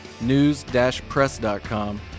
news-press.com